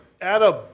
Adam